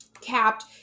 capped